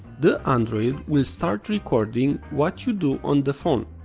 the android will start recording what you do on the phone.